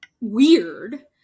weird